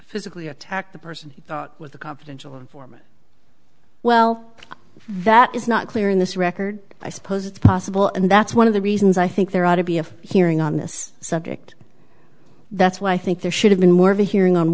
physically attacked the person with the confidential informant well that is not clear in this record i suppose it's possible and that's one of the reasons i think there ought to be a hearing on this subject that's why i think there should have been more of a hearing on